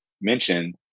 mentioned